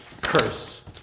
curse